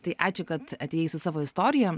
tai ačiū kad atėjai su savo istorija